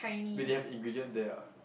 but they have ingredients there what